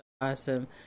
awesome